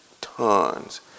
tons